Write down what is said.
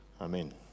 Amen